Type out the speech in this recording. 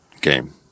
game